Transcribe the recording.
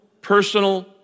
personal